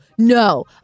No